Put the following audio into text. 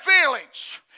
feelings